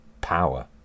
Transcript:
power